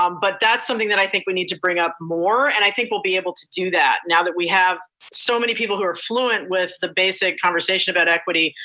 um but that's something that i think we need to bring up more and i think we'll be able to do that now that we have so many people who are fluent with the basic conversation about equity.